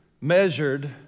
measured